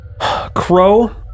Crow